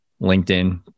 LinkedIn